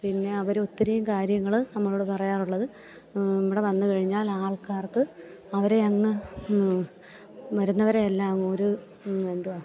പിന്നെ അവര് ഒത്തിരിയും കാര്യങ്ങള് നമ്മളോടു പറയാറുള്ളത് ഇവിടെ വന്നു കഴിഞ്ഞാൽ ആൾക്കാർക്ക് അവരെ അങ്ങ് വരുന്നവരെയെല്ലാം ഒര് എന്തുവാ